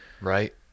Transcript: Right